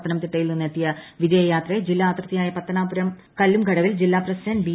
പത്തനം തിട്ടയിൽ നിന്നും എത്തിയ വിജയയാത്രയെ ജില്ലാ അതിർത്തിയായ പത്തനാപുരം കല്ലുംകടവിൽ ജില്ലാ പ്രസിഡന്റ് ബി